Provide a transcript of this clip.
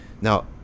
now